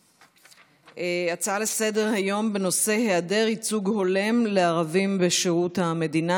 הצעה לסדר-היום בנושא: היעדר ייצוג הולם לערבים בשירות המדינה,